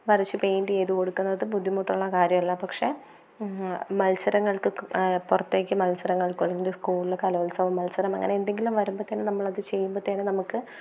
വരച്ചു പെയ്ൻറ്റ് ചെയ്ത് കൊടുക്കുന്നത് ബുദ്ധിമുട്ടുള്ള കാര്യം അല്ല പക്ഷെ മത്സരങ്ങൾക്ക് പുറത്തേക്ക് മത്സരങ്ങൾക്കോ അല്ലെങ്കിൽ സ്കൂളിൽ കലോത്സവ മത്സരം അങ്ങനെ എന്തെങ്കിലും വരുമ്പത്തേനും നമ്മൾ അത് ചെയ്യുമ്പത്തേനും നമുക്ക്